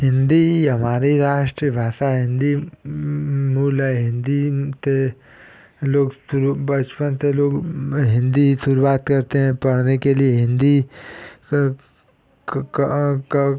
हिन्दी हमारी राष्ट्रभाषा हिन्दी मूल है हिन्दी ते लोग शुरू बचपन से लोग हिन्दी शुरूआत करते हैं पढ़ने के लिए हिन्दी का का का